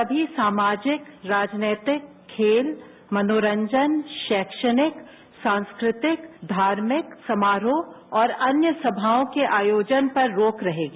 सभी सामाजिक राजनीतिक खेल मनोरंजन शैक्षणिक सांस्कृतिक धार्मिक समारोह और अन्य सभाओं के आयोजन पर रोक रहेगी